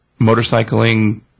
motorcycling